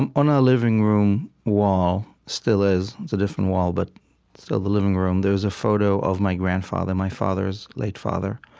and on our living room wall still is it's a different wall, but still the living room there was a photo of my grandfather, my father's late father,